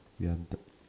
ya I'm done